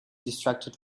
distracted